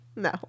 no